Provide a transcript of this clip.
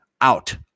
out